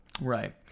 Right